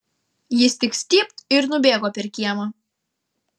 jis tik stypt ir nubėgo per kiemą